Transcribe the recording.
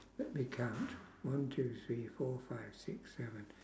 let me count one two three four five six seven